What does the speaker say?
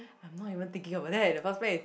I'm not even thinking about that in the first place